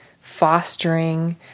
fostering